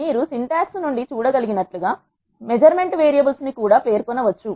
మీరు సింటాక్స్ నుండి చూడగలిగినట్లుగా మీరు మెజర్మెంట్ వేరియబుల్స్ ను కూడా పేర్కొనవచ్చు